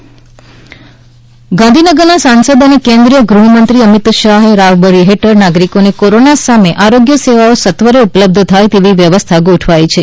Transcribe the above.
ગાંધીનગર લોકસભા અમિત શાહ ગાંધીનગરના સાંસદ અને કેન્દ્રીય ગૃહમંત્રી અમિત શાહની રાહબરી હેઠળ નાગરિકોને કોરોના સામે આરોગ્ય સેવાઓ સત્વરે ઉપલબ્ધ થાય તેવી વ્યવસ્થા ગોઠવાઈ છે